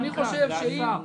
זה לא המנכ"ל, זה השר.